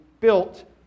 built